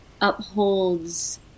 upholds